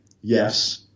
yes